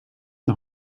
nog